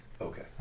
Okay